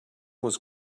was